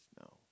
no